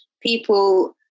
people